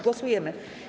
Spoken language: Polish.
Głosujemy.